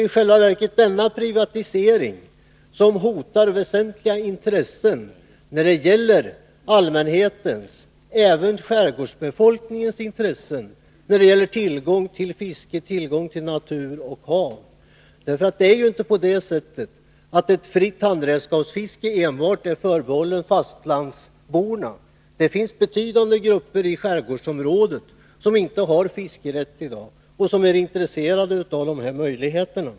I själva verket hotar denna privatisering väsentliga intressen. Den hotar allmänhetens och även skärgårdsbefolkningens tillgång till fiske, natur och hav. Ett fritt handredskapsfiske är ju inte förbehållet fastlandsborna. Betydande grupper i skärgårdsområdena har i dag inte fiskerätt men är intresserade av sådana möjligheter.